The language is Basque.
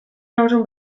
nauzun